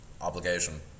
obligation